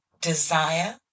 desire